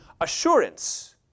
assurance